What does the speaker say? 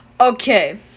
Okay